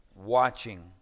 Watching